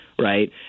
Right